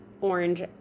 orange